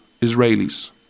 Israelis